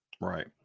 Right